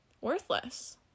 worthless